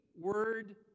word